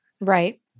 Right